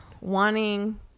wanting